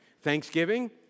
Thanksgiving